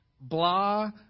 Blah